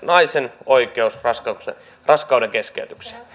naisen oikeus raskaudenkeskeytykseen